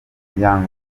young